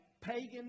pagan